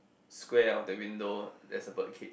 square of that window there's a birdcage